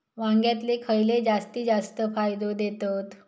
वांग्यातले खयले जाती जास्त फायदो देतत?